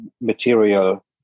material